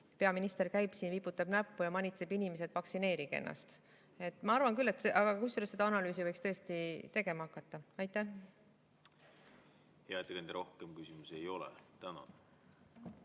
peaminister käib siin, vibutab näppu ja manitseb inimesi, et vaktsineerige ennast. Ma arvan küll, et seda analüüsi võiks tõesti tegema hakata. Hea ettekandja, rohkem küsimusi ei ole. Tänan!